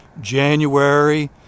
January